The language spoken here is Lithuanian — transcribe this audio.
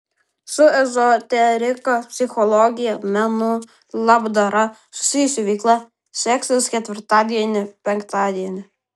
su ezoterika psichologija menu labdara susijusi veikla seksis ketvirtadienį penktadienį